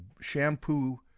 shampoo